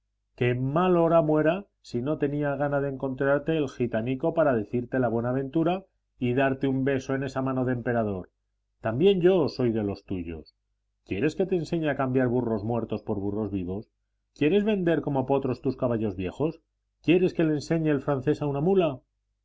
en mal hora muera si no tenía gana de encontrarte el gitanico para decirte la buenaventura y darte un beso en esa mano de emperador también yo soy de los tuyos quieres que te enseñe a cambiar burros muertos por burros vivos quieres vender como potros tus caballos viejos quieres que le enseñe el francés a una mula